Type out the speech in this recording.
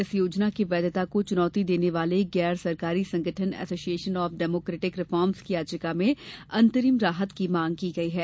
इस योजना की वैधता को चुनौती देने वाले गैर सरकारी संगठन एसोसिएशन ऑफ डेमोक्रेटिक रिर्फोम्स की याचिका में अंतरिम राहत की मांग की गई है